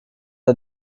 der